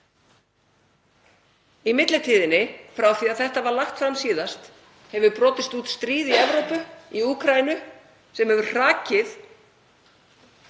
Í millitíðinni, frá því að þetta var lagt fram síðast, hefur brotist út stríð í Evrópu, í Úkraínu, sem hefur hrakið